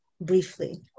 briefly